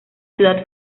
ciudad